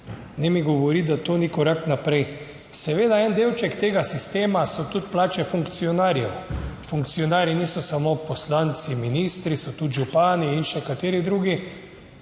Ne mi govoriti, da to ni korak naprej. Seveda, en delček tega sistema so tudi plače funkcionarjev, funkcionarji niso samo poslanci, ministri, so tudi župani in še kateri drugi,